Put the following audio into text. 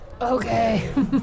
Okay